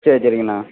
சரி சரிங்கண்ணா